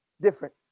different